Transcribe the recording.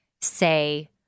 say